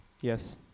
Yes